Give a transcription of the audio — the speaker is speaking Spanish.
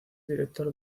director